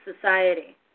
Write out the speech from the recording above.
society